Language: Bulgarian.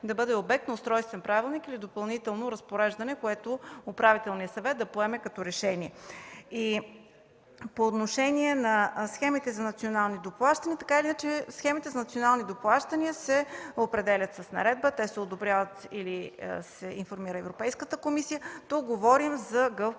да бъде обект на устройствен правилник или допълнително разпореждане, което Управителният съвет да приеме като решение. По отношение на схемите за национални доплащания. Така или иначе схемите за национални доплащания се определят с наредба, одобряват се или се информира Европейската комисия. Тук говорим за